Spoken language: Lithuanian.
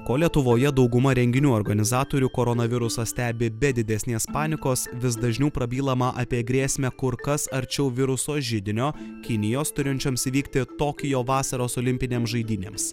ko lietuvoje dauguma renginių organizatorių koronavirusą stebi be didesnės panikos vis dažniau prabylama apie grėsmę kur kas arčiau viruso židinio kinijos turinčioms įvykti tokijo vasaros olimpinėms žaidynėms